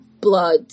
blood